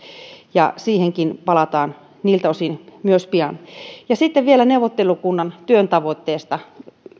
ja siihenkin palataan niiltä osin pian sitten vielä neuvottelukunnan työn tavoitteesta